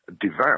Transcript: devout